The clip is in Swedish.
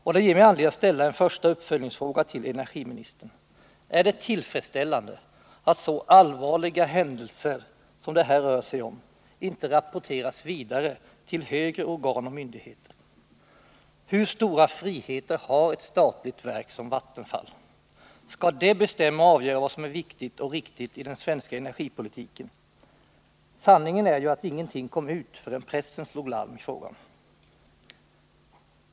Och det ger mig anledning att ställa en första uppföljningsfråga till energiministern: Är det tillfredsställande att så allvarliga händelser som det här rör sig om inte rapporteras vidare till högre organ och myndigheter? Hur stora friheter har ett statligt verk som Vattenfall? Skall det bestämma och avgöra vad som är viktigt och riktigt i den svenska energipolitiken? Sanningen är ju att ingenting kom ut förrän pressen slog larm i frågan.